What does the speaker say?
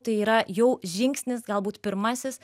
tai yra jau žingsnis galbūt pirmasis